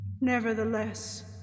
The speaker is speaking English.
Nevertheless